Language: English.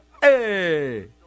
Hey